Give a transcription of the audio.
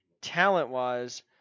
talent-wise